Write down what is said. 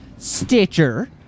Stitcher